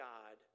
God